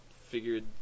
figured